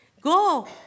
Go